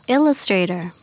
Illustrator